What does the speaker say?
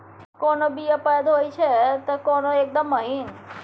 कोनो बीया पैघ होई छै तए कोनो एकदम महीन